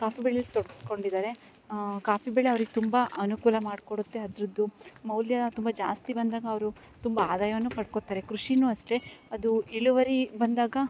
coffee ಬೆಳೆಲಿ ತೊಡ್ಗಿಸ್ಕೊಂಡಿದ್ದಾರೆ coffee ಬೆಳೆ ಅವ್ರಿಗೆ ತುಂಬ ಅನುಕೂಲ ಮಾಡಿಕೊಡುತ್ತೆ ಅದ್ರದ್ದು ಮೌಲ್ಯ ತುಂಬ ಜಾಸ್ತಿ ಬಂದಾಗ ಅವರು ತುಂಬ ಆದಾಯವನ್ನು ಪಡ್ಕೋತಾರೆ ಕೃಷಿ ಅಷ್ಟೆ ಅದು ಇಳುವರಿ ಬಂದಾಗ